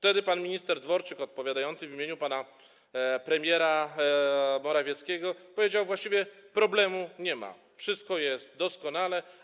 Wtedy pan minister Dworczyk odpowiadający w imieniu pana premiera Morawieckiego powiedział: Właściwie problemu nie ma, wszystko jest doskonale.